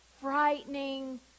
frightening